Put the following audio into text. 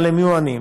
אבל הם יהיו עניים.